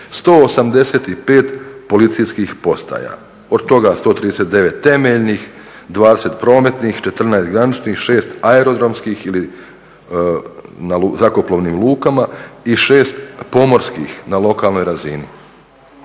185 policijskih postaja, od toga 139 temeljnih, 20 prometnih, 14 graničnih, 6 aerodromskih ili u zrakoplovnim lukama i 6 pomorskih na lokalnoj razini.